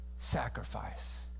sacrifice